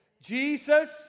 Jesus